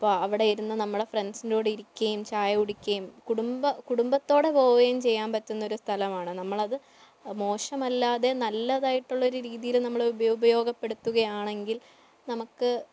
അപ്പോൾ അവിടെ ഇരുന്ന് നമ്മുടെ ഫ്രണ്ട്സിൻ്റെ കൂടെ ഇരിക്കുകയും ചായ കുടിക്കുകയും കുടുംബ കുടുംബത്തോടെ പോവുകയും ചെയ്യാൻ പറ്റുന്ന ഒരു സ്ഥലമാണ് നമ്മളത് മോശമല്ലാതെ നല്ലതായിട്ടുള്ള ഒരു രീതിയിൽ നമ്മള് ഉപയോഗപ്പെടുത്തുകയാണെങ്കിൽ നമുക്ക്